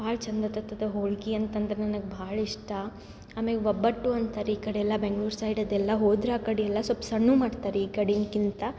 ಭಾಳ್ ಚಂದ ಆಗ್ತದ ಹೋಳ್ಗೆ ಅಂತಂದರೆ ನನಗೆ ಭಾಳ ಇಷ್ಟ ಆಮೇಲೆ ಒಬ್ಬಟ್ಟು ಅಂತಾರ ರೀ ಈ ಕಡೆ ಎಲ್ಲ ಬೆಂಗ್ಳೂರು ಸೈಡದೆಲ್ಲ ಹೋದ್ರೆ ಆ ಕಡೆ ಎಲ್ಲ ಸ್ವಲ್ಪ್ ಸಣ್ಣವು ಮಾಡ್ತಾರೆ ರೀ ಈ ಕಡೆಕ್ಕಿಂತ